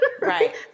right